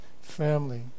family